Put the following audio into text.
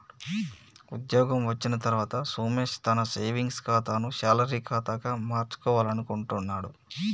ఉద్యోగం వచ్చిన తర్వాత సోమేష్ తన సేవింగ్స్ ఖాతాను శాలరీ ఖాతాగా మార్చుకోవాలనుకుంటున్నడు